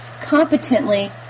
competently